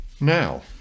Now